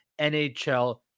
NHL